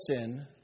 sin